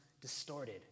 distorted